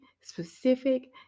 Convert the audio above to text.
specific